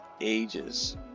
ages